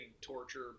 torture